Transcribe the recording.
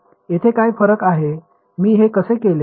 येथे काय फरक आहे मी हे कसे केले